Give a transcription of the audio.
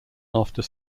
after